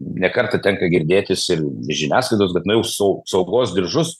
ne kartą tenka girdėtis ir žiniasklaidos bet jinai jau sau saugos diržus